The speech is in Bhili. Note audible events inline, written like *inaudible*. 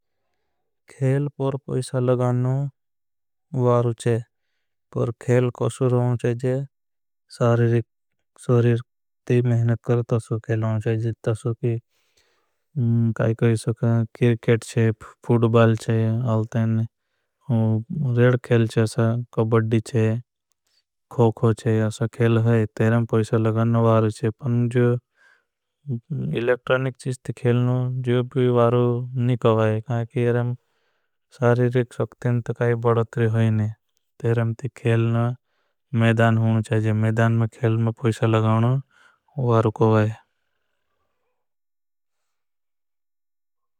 खेल पर पैसा लगानना वारू छे पर खेल कोई सुरू होना चाहिए। *hesitation* सारीरती मेहनत करता सो खेल होना चाहिए। *hesitation* सो कि काई कोई सुरू किर्केट चे फूडबाल। चे अलतेन, रेड खेल चे, कबड़ी चे, खोखो चे, असा खेल है। पैसा लगान वारू छे पर जो *hesitation* इलेक्ट्रानिक चीज़। थी खेलना जो भी वारू नहीं कवाई एरम सारीरिक शक्तिनत काई। बड़तरी होईने तेरें थी खेलना मेधान होना चाहिए में खेल में पैसा। लगाऊना वारू कवाई।